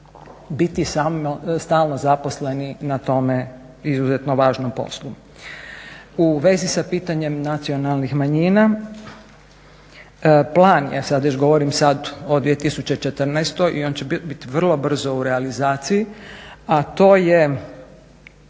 biti stalno zaposleni na tome izuzetno važnom poslu. U vezi sa pitanjem nacionalnih manjina plan je, sad već govorim o 2014. i on će bit vrlo brzo u realizaciji, a to je